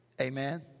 Amen